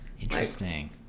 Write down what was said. Interesting